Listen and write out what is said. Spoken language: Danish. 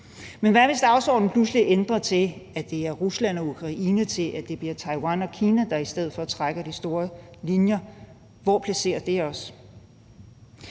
hvad hvis dagsordenen pludselig ændrer sig, fra at det er Rusland og i Ukraine, til at det bliver Taiwan og Kina, der i stedet for trækker de store linjer? Hvor placerer det os?